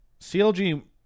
CLG